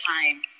time